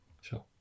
Sure